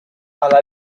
alla